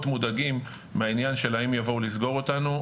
מודאגים מהעניין של האם יבואו לסגור אותנו,